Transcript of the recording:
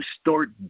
start